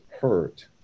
hurt